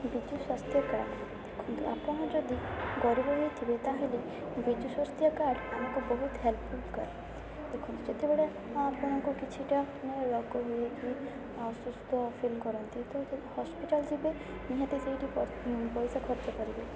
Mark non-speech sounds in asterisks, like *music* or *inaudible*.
ବିଜୁ ସ୍ୱାସ୍ଥ କାର୍ଡ଼୍ ଦେଖନ୍ତୁ ଆପଣ ଯଦି ଗରିବ ହେଇଥିବେ ତାହେଲେ ବିଜୁ ସ୍ୱାସ୍ଥ କାର୍ଡ଼୍ ଆମକୁ ବହୁତ ହେଲ୍ପଫୁଲ୍ କରେ ଦେଖନ୍ତୁ ଯେତେବେଳେ ଆ ଆପଣଙ୍କୁ କିଛିଟା *unintelligible* ଅସୁସ୍ଥ ଫିଲ୍ କରନ୍ତି ତ ହସ୍ପିଟାଲ୍ ଯିବେ ନିହାତି ସେଇଠି ପ ପଇସା ଖର୍ଚ୍ଚ କରିବେ